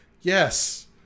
yes